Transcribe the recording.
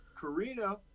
Karina